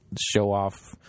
show-off